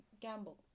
gamble